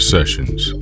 Sessions